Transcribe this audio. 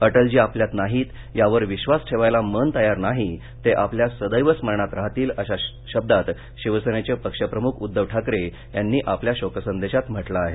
अटलजी आपल्यात नाहीत यावर विश्वास ठेवायला मन तयार नाही ते आपल्या सदैव स्मरणात राहतील असं शिवसेनेचे पक्षप्रमुख उध्दव ठाकरे यांनी आपल्या शोकसंदेशात म्हटलं आहे